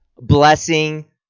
blessing